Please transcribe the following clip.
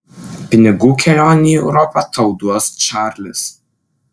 pinigų kelionei į europą tau duos čarlis